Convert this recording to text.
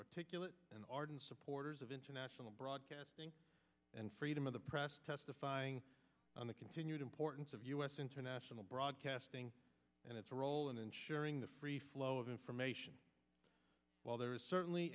articulate and ardent supporters of international broadcasting and freedom of the press testifying on the continued importance of u s international broadcasting and its role in ensuring the free flow of information while there is certainly